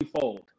fold